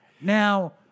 Now